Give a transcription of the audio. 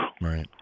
Right